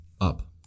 up